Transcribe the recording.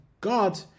God